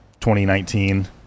2019